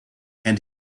and